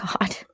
God